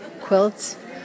quilts